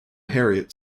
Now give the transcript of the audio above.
harriet